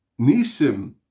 nisim